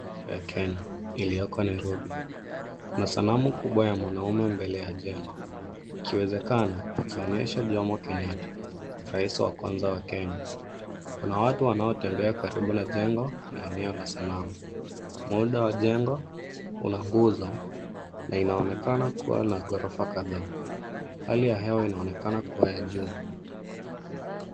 Iliyoko Nairobi, kuna sanamu kubwa ya mwanaume mbele ya jengo, ikiwezekana ikionyesha Jomo Kenyatta, raisi wa kwanza wa Kenya. Kuna watu wanaotembea karibu na jengo na eneo la sanamu. Muundo wa jengo una nguzo na inaonekana kuwa na ghorofa kadhaa. Hali ya hewa inaonekana kuwa ya juu.